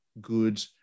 good